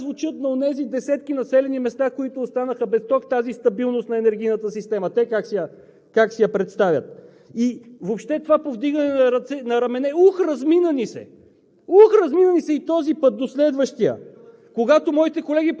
енергийната система е стабилна. Оставям настрана въпроса как звучат на онези десетки населени места, които останаха без ток, тази стабилност на енергийната система те как си я представят. И въобще това повдигане на рамене – ух, размина ни се!